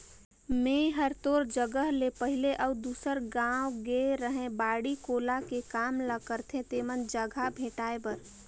मेंए हर तोर जगह ले पहले अउ दूसर गाँव गेए रेहैं बाड़ी कोला के काम ल करथे तेमन जघा भेंटाय बर